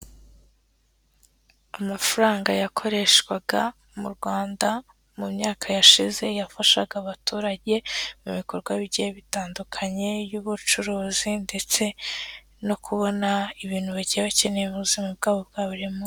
Amafaranga yakoreshwaga mu rwanda mu myaka yashize yafashaga abaturage mu bikorwa bigiye bitandukanye by'ubucuruzi ndetse no kubona ibintu bagiye bakeneye bu ubuzima bwabo bwa buri munsi